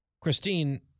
Christine